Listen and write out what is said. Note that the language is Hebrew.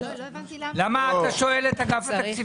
למה אתה שואל את אגף התקציבים?